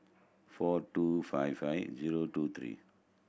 four two five five zero two three